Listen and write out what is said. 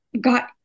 got